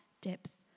depth